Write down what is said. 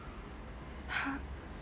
h~